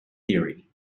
theory